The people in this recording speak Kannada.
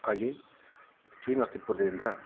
ಹಾಗೆಯೇ ಶ್ರೀನಿವಾಸ್ ಶಿವಪುರದಿಂದ